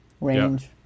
range